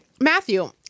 Matthew